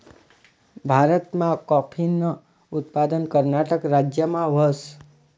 भारतमा काॅफीनं उत्पादन कर्नाटक राज्यमा व्हस